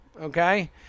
okay